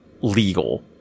legal